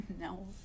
No